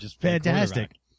Fantastic